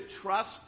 trust